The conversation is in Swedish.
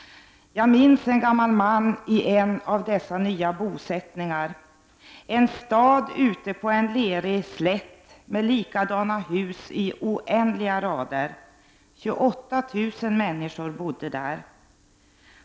Jag minns en gammal man i en av dessa nya bosättningar, en stad ute på en lerig slätt med likadana hus i oändliga rader där 28 000 människor bodde.